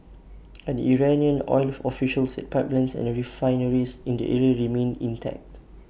an Iranian oil official said pipelines and refineries in the area remained intact